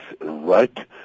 right